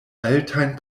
altajn